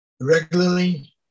regularly